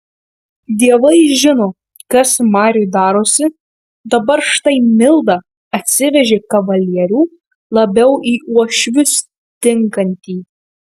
dievai žino kas mariui darosi dabar štai milda atsivežė kavalierių labiau į uošvius tinkantį